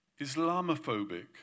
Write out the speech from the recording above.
Islamophobic